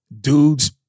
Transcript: dudes